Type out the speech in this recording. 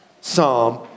psalm